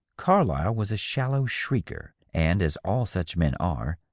carlyle was a shallow shrieker, and, as all such men are,